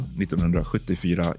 1974